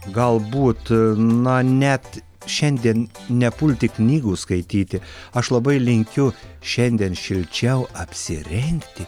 galbūt na net šiandien nepulti knygų skaityti aš labai linkiu šiandien šilčiau apsirengti